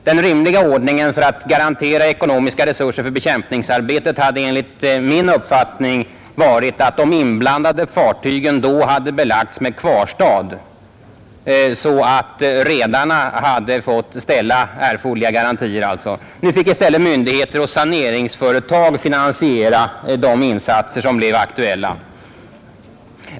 Den rimliga ordningen för att garantera ekonomiska resurser för bekämpningsarbetet hade enligt min uppfattning varit att de inblandade fartygen då hade belagts med kvarstad, så att redarna hade fått ställa erforderliga garantier. Nu fick i stället myndigheter och saneringsföretag finansiera de insatser som blev aktuella.